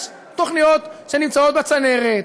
יש תוכניות שנמצאות בצנרת,